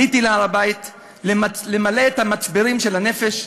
עליתי להר-הבית למלא את המצברים של הנפש,